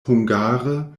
hungare